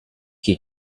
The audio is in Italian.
che